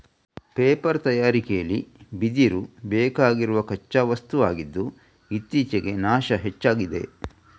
paper ತಯಾರಿಕೆಲಿ ಬಿದಿರು ಬೇಕಾಗಿರುವ ಕಚ್ಚಾ ವಸ್ತು ಆಗಿದ್ದು ಇತ್ತೀಚೆಗೆ ನಾಶ ಹೆಚ್ಚಾಗಿದೆ